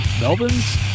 Melvin's